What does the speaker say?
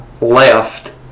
left